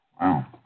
Wow